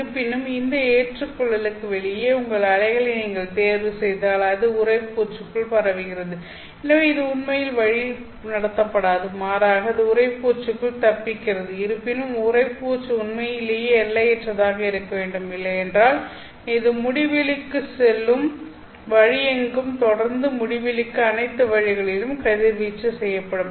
இருப்பினும் இந்த ஏற்றுக்கொள்ளலுக்கு வெளியே உங்கள் அலைகளை நீங்கள் தேர்வுசெய்தால் அது உறைப்பூச்சுக்குள் பரவுகிறது எனவே அது உண்மையில் வழிநடத்தப்படாது மாறாக அது உறைப்பூச்சுக்குள் தப்பிக்கிறது இருப்பினும் உறைப்பூச்சு உண்மையிலேயே எல்லையற்றதாக இருக்க வேண்டும் இல்லையென்றால் இது முடிவிலிக்கு செல்லும் வழியெங்கும் தொடர்ந்து முடிவிலிக்கு அனைத்து வழிகளிலும் கதிர்வீச்சு செய்யப்படும்